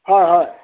হয় হয়